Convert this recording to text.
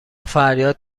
فریاد